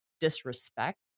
disrespect